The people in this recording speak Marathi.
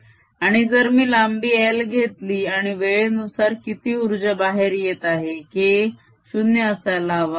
S10EB10a02dKdt0Kna20KdKdtn आणि जर मी लांबी L घेतली आणि वेळेनुसार किती उर्जा बाहेर येत आहे K 0 असायला हवा